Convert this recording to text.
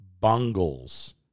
bungles